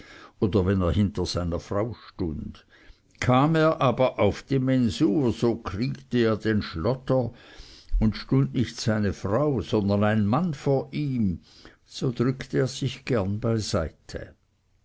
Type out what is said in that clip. oder wenn er hinter seiner frau stund kam er aber auf die mensur so kriegte er den schlotter und stund nicht seine frau sondern ein mann vor ihm so drückte er sich gerne beiseite